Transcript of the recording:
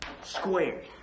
squared